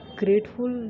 grateful